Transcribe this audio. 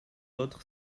autre